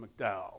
McDowell